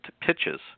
pitches